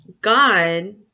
God